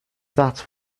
that